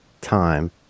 time